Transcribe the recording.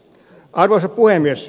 arvoisa puhemies